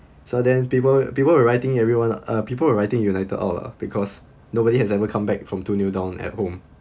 so then people people were writing everyone uh people are writing united all lah because nobody has ever come back from two nil down at home